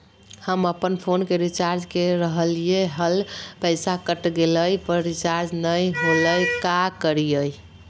हम अपन फोन के रिचार्ज के रहलिय हल, पैसा कट गेलई, पर रिचार्ज नई होलई, का करियई?